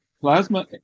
Plasma